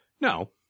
No